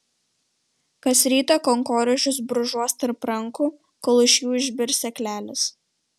kas rytą kankorėžius brūžuos tarp rankų kol iš jų išbirs sėklelės